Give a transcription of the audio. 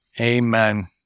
Amen